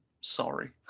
Sorry